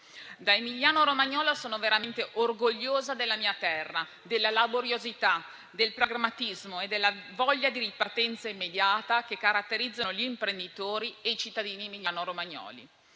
Da emiliano romagnola sono veramente orgogliosa della mia terra, della laboriosità, del pragmatismo e della voglia di ripartenza immediata che caratterizzano gli imprenditori e i cittadini emiliano romagnoli.